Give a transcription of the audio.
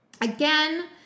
again